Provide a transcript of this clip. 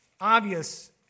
obvious